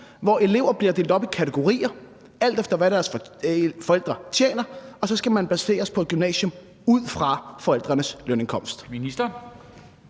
hvor elever bliver delt op i kategorier, alt efter hvad deres forældre tjener, og så skal man placeres på et gymnasium ud fra forældrenes lønindkomst?